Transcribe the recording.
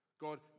God